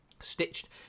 stitched